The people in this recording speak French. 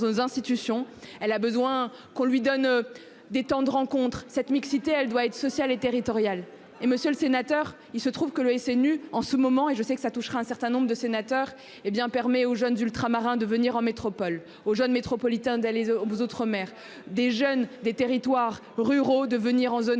nos institutions, elle a besoin qu'on lui donne. Des temps de rencontres cette mixité, elle doit être sociale et territoriale et monsieur le sénateur, il se trouve que le SNU en ce moment et je sais que ça touchera un certain nombre de sénateurs hé bien permet aux jeunes ultramarins de venir en métropole aux jeunes métropolitains d'aller au bout d'outre-mer des jeunes des territoires ruraux de venir en zone